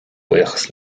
buíochas